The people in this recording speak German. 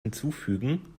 hinzufügen